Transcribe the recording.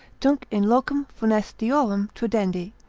tunc in locum funestiorum trudendi,